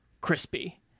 crispy